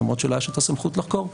למרות שלה יש את הסמכות לחקור.